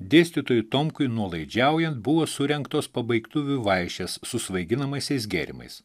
dėstytojui tomkui nuolaidžiaujant buvo surengtos pabaigtuvių vaišės su svaiginamaisiais gėrimais